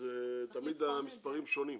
תמיד המספרים שונים.